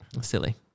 Silly